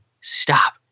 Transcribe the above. stop